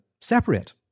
separate